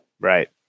Right